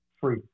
free